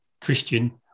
Christian